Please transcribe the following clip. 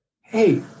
hey